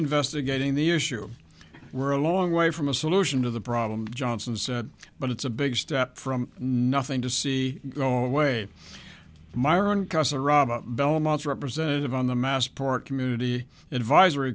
investigating the issue we're a long way from a solution to the problem johnson said but it's a big step from nothing to see go away myron cusser rama belmont's representative on the massport community advisor